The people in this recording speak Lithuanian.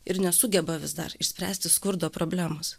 ir nesugeba vis dar išspręsti skurdo problemos